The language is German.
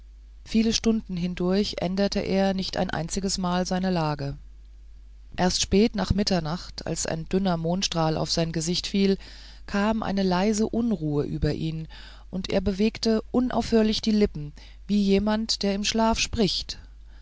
viele stunden hindurch änderte er nicht ein einziges mal seine lage erst spät nach mitternacht als ein dünner mondstrahl auf sein gesicht fiel kam eine leise unruhe über ihn und er bewegte unaufhörlich die lippen wie jemand der im schlaf spricht